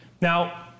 now